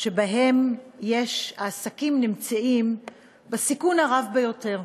שבהם העסקים נמצאים בסיכון הרב ביותר.